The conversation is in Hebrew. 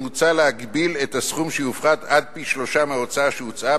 מוצע להגביל את הסכום שיופחת עד פי-שלושה מההוצאה שהוצאה.